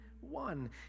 one